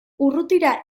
urrutira